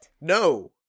No